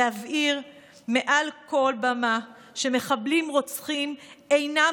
להבהיר מעל כל במה שמחבלים רוצחים אינם